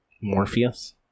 Morpheus